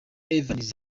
evans